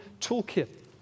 toolkit